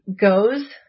goes